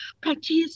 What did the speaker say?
practice